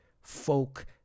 Folk